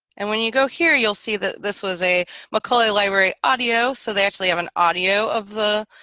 and when you go here, you'll see that this was a mccauley library audio so they actually have an audio of the